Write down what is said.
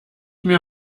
mir